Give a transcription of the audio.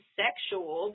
sexual